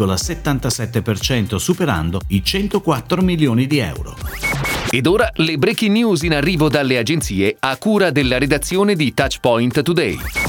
al 77%, superando i 104 milioni di euro. Ed ora le breaking news in arrivo dalle agenzie, a cura della redazione di Touchpoint Today.